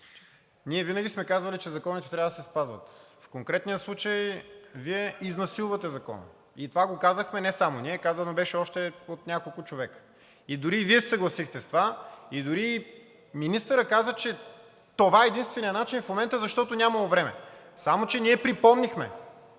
Ние винаги сме казвали, че законите трябва да се спазват. В конкретния случай Вие изнасилвате Закона и това го казахме не само ние, казано беше още от няколко човека, дори и Вие се съгласихте с това, дори и министърът каза, че това е единственият начин в момента, защото нямало време. Само че ние припомнихме,